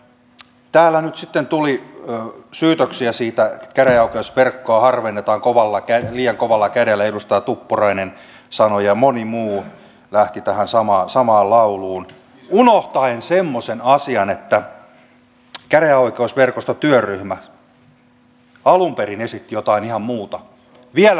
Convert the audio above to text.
täällä nyt sitten tuli syytöksiä siitä että käräjäoikeusverkkoa harvennetaan liian kovalla kädellä näin edustaja tuppurainen sanoi ja moni muu lähti tähän samaan lauluun unohtaen semmoisen asian että käräjäoikeusverkostotyöryhmä alun perin esitti jotain ihan muuta vielä rajumpaa karsintaa